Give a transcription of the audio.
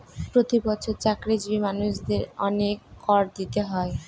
প্রতি বছর চাকরিজীবী মানুষদের অনেক কর দিতে হয়